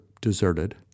deserted